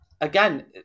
again